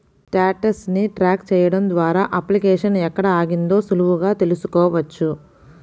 status ని track చెయ్యడం ద్వారా అప్లికేషన్ ఎక్కడ ఆగిందో సులువుగా తెల్సుకోవచ్చు